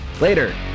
Later